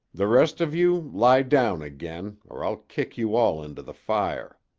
the rest of you lie down again, or i'll kick you all into the fire.